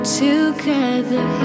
together